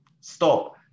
stop